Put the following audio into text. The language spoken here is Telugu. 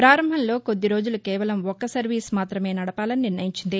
ప్రారంభంలో కొద్దిరోజులు కేవలం ఒక్క సర్వీస్ మాత్రమే నడపాలని నిర్ణయించింది